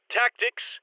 tactics